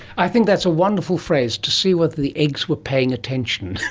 i think that's a wonderful phrase, to see whether the eggs were paying attention.